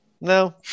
no